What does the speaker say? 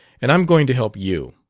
and i'm going to help you.